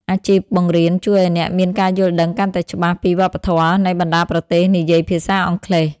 អាជីពបង្រៀនជួយឱ្យអ្នកមានការយល់ដឹងកាន់តែច្បាស់ពីវប្បធម៌នៃបណ្តាប្រទេសនិយាយភាសាអង់គ្លេស។